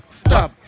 stop